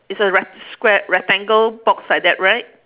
is a rec~ squa~ rectangle box like that right